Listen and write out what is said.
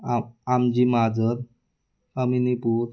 आम आमजी मजार अमिनीपूर